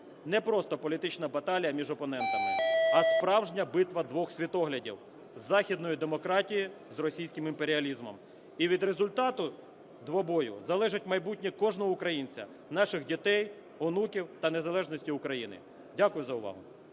не просто політична баталія між опонентами, а справжня битва двох світоглядів – західної демократії з російським імперіалізмом. І від результату двобою залежить майбутнє кожного українця, наших дітей, онуків та незалежності України. Дякую за увагу.